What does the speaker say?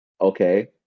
Okay